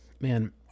Man